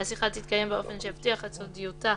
השיחה תתקיים באופן שיבטיח את סודיותה